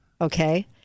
Okay